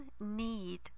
need